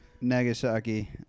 Nagasaki